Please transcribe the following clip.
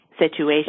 situation